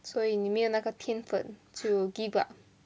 所以你没有那个天分 to give up